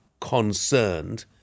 concerned